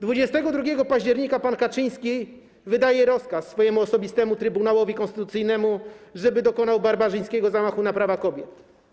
22 października pan Kaczyński wydaje rozkaz swojemu osobistemu Trybunałowi Konstytucyjnemu, żeby dokonał barbarzyńskiego zamachu na prawa kobiet.